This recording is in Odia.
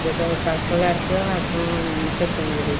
ଯେତେବେଳେ ପାର୍ସଲ୍ ଆସିବ ଆପଣ ମୋତେ ଫୋନ୍ କରିବେ